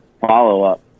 follow-up